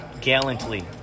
gallantly